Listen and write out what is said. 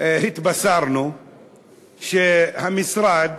התבשרנו שהמשרד